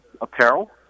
apparel